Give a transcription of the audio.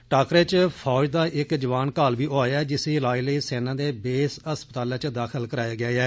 टाकरे च फौज दा इक जवान घायल बी होआ ऐ जिसी इलाज लेई सेना दे बेस अस्पातल च दाखल कराया गेआ ऐ